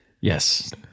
Yes